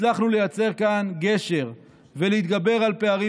הצלחנו לייצר כאן גשר ולהתגבר על פערים